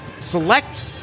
select